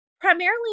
primarily